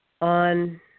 on